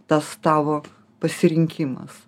tas tavo pasirinkimas